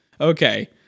Okay